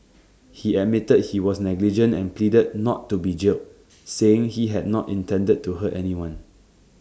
he admitted he was negligent and pleaded not to be jailed saying he had not intended to hurt anyone